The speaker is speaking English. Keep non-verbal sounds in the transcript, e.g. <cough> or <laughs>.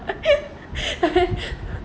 <laughs>